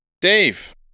Dave